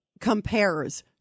compares